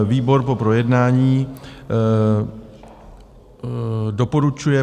Výbor po projednání doporučuje